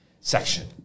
section